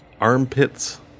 armpits